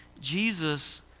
Jesus